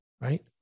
right